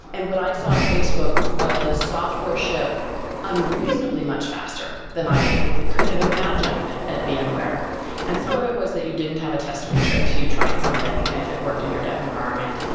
and what i saw at facebook was software ship unreasonably much faster than i could have imagined at vmware, and some of it was that you didn't have a test matrix. you tried something and if it worked in your dev environment,